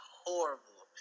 horrible